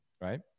right